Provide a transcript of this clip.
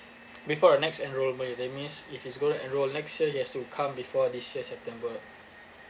before the next enrollment that means if he's gonna enroll next year he has to come before this year's september